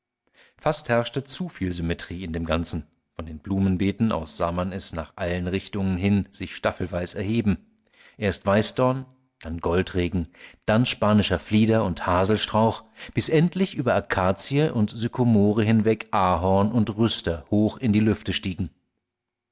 fast herrschte zu viel symmetrie in dem ganzen von den blumenbeeten aus sah man es nach allen richtungen hin sich staffelweis erheben erst weißdorn dann goldregen dann spanischer flieder und haselstrauch bis endlich über akazie und sykomore hinweg ahorn und rüster hoch in die lüfte stiegen